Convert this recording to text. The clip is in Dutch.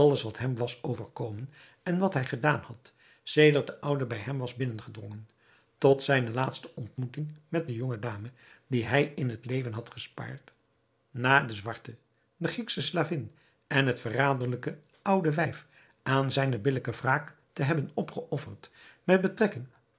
wat hem was overkomen en wat hij gedaan had sedert de oude bij hem was binnengedrongen tot zijne laatste ontmoeting met de jonge dame die hij in het leven had gespaard na den zwarte de grieksche slavin en het verraderlijke oude wijf aan zijne billijke wraak te hebben opgeofferd met betrekking